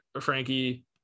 frankie